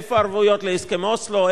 איפה ערבויות להסכם אוסלו?